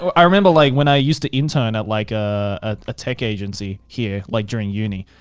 i remember, like, when i used to intern at like a tech agency here, like during uni,